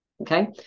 Okay